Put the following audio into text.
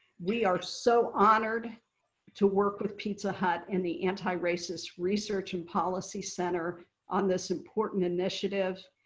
we are so honored to work with pizza hut and the antiracist research and policy center on this important initiative.